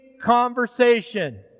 conversation